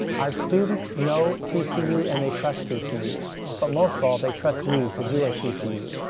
our students know tcu and they trust tcu but most of all, they trust you cause you are tcu.